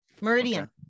Meridian